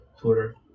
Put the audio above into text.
Twitter